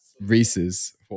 Reese's